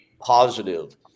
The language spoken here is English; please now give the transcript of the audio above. positive